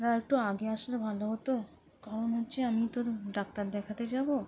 না আরেকটু আগে আসলে ভালো হতো কারণ হচ্ছে আমি তো ডাক্তার দেখাতে যাবো